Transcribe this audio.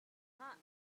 hlah